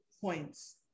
points